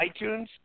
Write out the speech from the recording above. iTunes